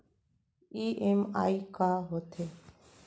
EMI का होथे?